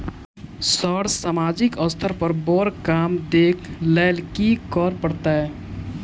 Sir सामाजिक स्तर पर बर काम देख लैलकी करऽ परतै?